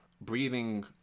breathing